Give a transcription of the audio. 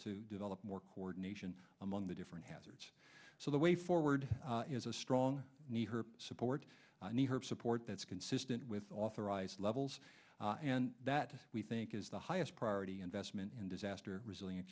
to develop more coordination among the different hazards so the way forward is a strong need her support and her support that's consistent with authorized levels and that we think is the highest priority investment in disaster resilient